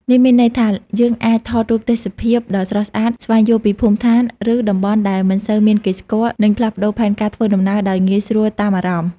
នេះមានន័យថា យើងអាច ថតរូបទេសភាពដ៏ស្រស់ស្អាត ស្វែងយល់ពីភូមិឋាន ឬតំបន់ដែលមិនសូវមានគេស្គាល់ និងផ្លាស់ប្តូរផែនការធ្វើដំណើរដោយងាយស្រួលតាមអារម្មណ៍។